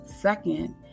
Second